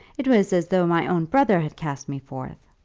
it was as though my own brother had cast me forth.